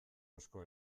asko